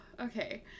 Okay